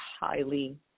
highly